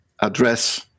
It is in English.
address